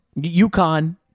UConn